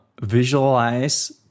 visualize